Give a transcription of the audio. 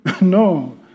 No